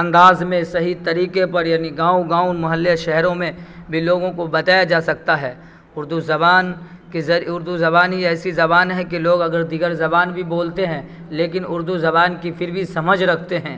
انداز میں صحیح طریقے پر یعنی گاؤں گاؤں محلے شہروں میں بھی لوگوں کو بتایا جا سکتا ہے اردو زبان کے زر اردو زبان یہ ایسی زبان ہے کہ لوگ اگر دیگر زبان بھی بولتے ہیں لیکن اردو زبان کی پھر بھی سمجھ رکھتے ہیں